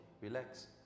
relax